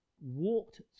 walked